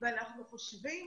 ואנחנו חושבים